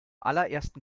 allerersten